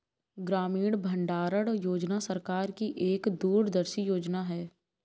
ग्रामीण भंडारण योजना सरकार की एक दूरदर्शी योजना है